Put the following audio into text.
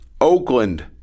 Oakland